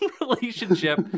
relationship